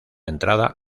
entrada